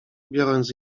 biorąc